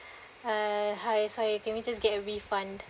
(uh)hi sorry can we just get a refund